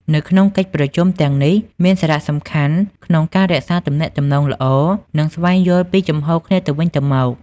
នៅក្នុងកិច្ចប្រជុំទាំងនេះមានសារៈសំខាន់ក្នុងការរក្សាទំនាក់ទំនងល្អ និងស្វែងយល់ពីជំហរគ្នាទៅវិញទៅមក។